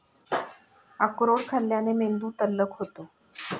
अक्रोड खाल्ल्याने मेंदू तल्लख होतो